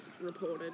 reported